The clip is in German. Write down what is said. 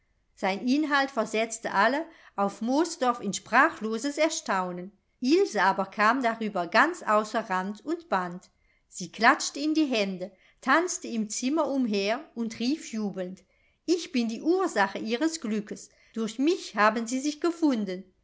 sein inhalt versetzte alle auf moosdorf in sprachloses erstaunen ilse aber kam darüber ganz außer rand und band sie klatschte in die hände tanzte im zimmer umher und rief jubelnd ich bin die ursache ihres glückes durch mich haben sie sich gefunden